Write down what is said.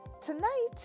Tonight